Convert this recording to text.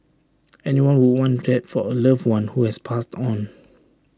anyone would want that for A loved one who has passed on